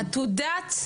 של עתודת,